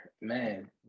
man